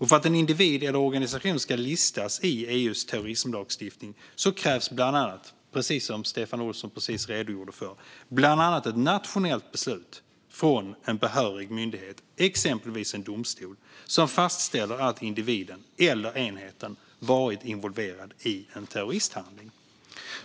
För att en individ eller organisation ska listas i EU:s terrorismlagstiftning krävs bland annat, precis som Stefan Olsson nyss redogjorde för, ett nationellt beslut från en behörig myndighet, exempelvis en domstol, som fastställer att individen eller enheten varit involverad i en terroristhandling.